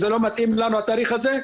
לא מתאים לנו התאריך הזה,